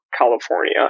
California